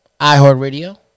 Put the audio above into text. iHeartRadio